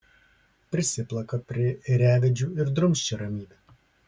prisiplaka prie ėriavedžių ir drumsčia ramybę